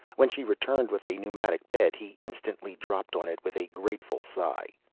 when she returned with a pneumatic bed he instantly dropped on it with a grateful sigh.